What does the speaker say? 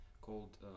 called